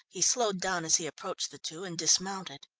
he slowed down as he approached the two and dismounted.